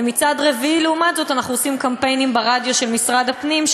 ומצד רביעי לעומת זאת אנחנו עושים קמפיינים ברדיו של משרד הפנים,